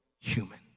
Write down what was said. human